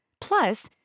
Plus